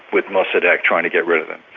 with mossadeq trying to get rid of him.